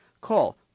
Call